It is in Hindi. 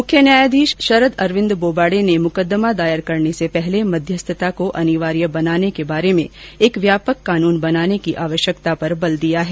मुख्य न्यायाधीश शरद अरविन्द बोबडे ने मुकदमा दायर करने से पहले मध्यस्थता को अनिवार्य बनाने के बारे में एक व्यापक कानून बनाने की आवश्यकता पर बल दिया है